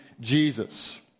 Jesus